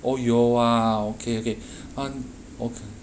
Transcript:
oh 有 ah okay okay uh okay